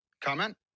Comment